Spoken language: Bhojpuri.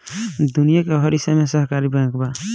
दुनिया के हर हिस्सा में सहकारी बैंक बा